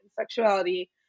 sexuality